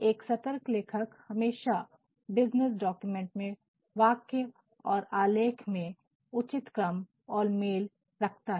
एक सतर्क लेखक हमेशा बिज़नेस डॉक्यूमेंट में वाक्य और आलेख में उचित क्रम और मेल रखता है